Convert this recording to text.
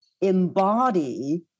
embody